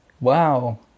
wow